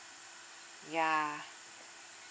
yeah